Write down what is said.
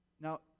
Now